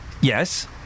yes